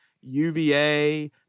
UVA